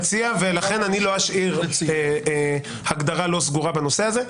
ולכן אני לא אשאיר הגדרה לא סגורה בנושא הזה.